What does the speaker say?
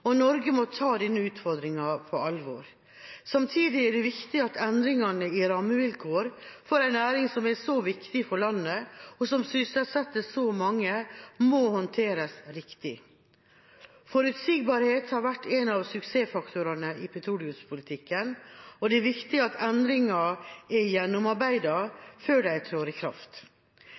og Norge må ta denne utfordringen på alvor. Samtidig er det viktig at endringene i rammevilkår for en næring som er så viktig for landet, og som sysselsetter så mange, må håndteres riktig. Forutsigbarhet har vært en av suksessfaktorene i petroleumspolitikken, og det er viktig at endringer er gjennomarbeidet før de trår i kraft.